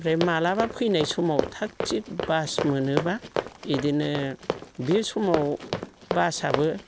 ओमफ्राय माब्लाबा फैनाय समाव थाकथिक बास मोनोबा बिदिनो बे समाव बासआबो